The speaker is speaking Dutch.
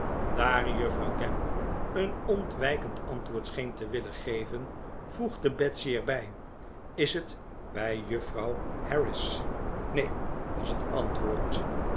daar juffrouw gamp een ontwijkend antwoord scheen te willen geven voegde betsy er bij is het bij juffrouw harris neen was het antwoord